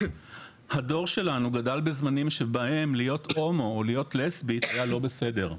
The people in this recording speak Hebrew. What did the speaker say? הדור שלנו גדל בזמנים להיות הומו או להיות לסבית היה לא בסדר.